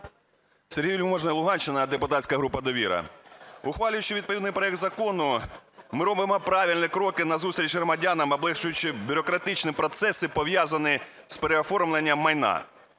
Сергій Вельможний, Луганщина, депутатська група "Довіра". Ухвалюючи відповідний проект закону, ми робимо правильні кроки назустріч громадянам, облегшуючи бюрократичні процеси, пов'язані з переоформленням майна.